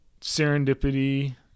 Serendipity